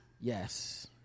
Yes